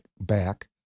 back